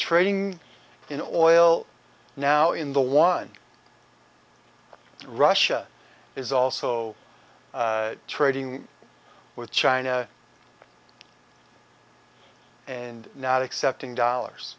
trading in oil now in the one russia is also trading with china and not accepting dollars